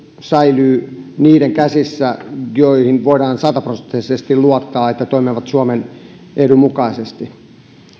säilyvät niiden käsissä joihin voidaan sataprosenttisesti luottaa että he toimivat suomen edun mukaisesti